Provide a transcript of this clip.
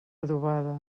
adobada